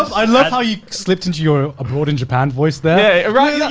i love how you slipped into your abroad in japan voice there. yeah,